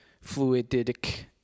fluidic